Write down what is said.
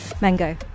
Mango